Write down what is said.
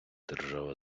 держава